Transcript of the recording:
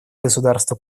государства